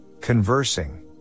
conversing